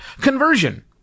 conversion